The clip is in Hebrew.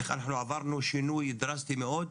איך אנחנו עברנו שינוי דרסטי מאוד,